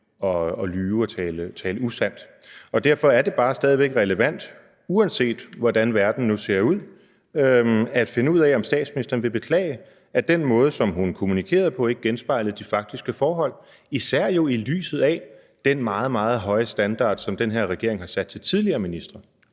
at lyve og tale usandt. Derfor er det bare stadig væk relevant, uanset hvordan verden nu ser ud, at finde ud af, om statsministeren vil beklage, at den måde, som hun kommunikerede på, ikke genspejlede de faktiske forhold, især jo set i lyset af den meget, meget høje standard, som den her regering har sat i forhold til tidligere ministre.